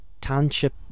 Township